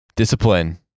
Discipline